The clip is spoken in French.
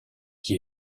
qui